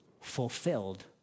fulfilled